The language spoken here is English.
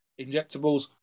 injectables